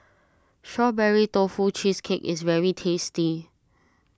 Strawberry Tofu Cheesecake is very tasty